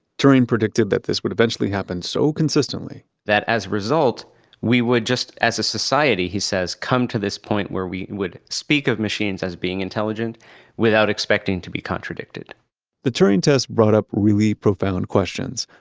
turing predicted that this would eventually happen so consistently that as a result we would just as a society, he says, come to this point where we would speak of machines as being intelligent without expecting to be contradicted the turing test brought up really profound questions.